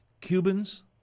cubans